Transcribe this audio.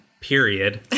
Period